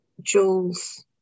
Jules